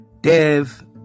dev